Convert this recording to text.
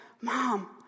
Mom